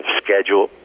schedule